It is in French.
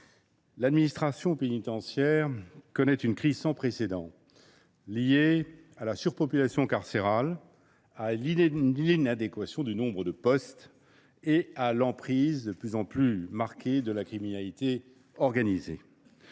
l’administration pénitentiaire connaît une crise sans précédent, liée à la surpopulation carcérale, à l’inadéquation du nombre de postes et à l’emprise de plus en plus marquée de la criminalité organisée.